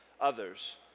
others